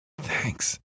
Thanks